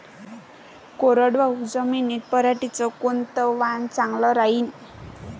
कोरडवाहू जमीनीत पऱ्हाटीचं कोनतं वान चांगलं रायीन?